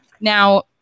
Now